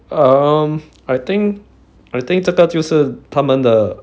um I think I think 这个就是他们的